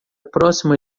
próxima